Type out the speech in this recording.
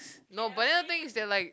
no but then the thing is that like